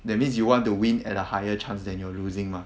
that means you want to win at a higher chance than you're losing mah